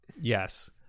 Yes